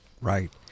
Right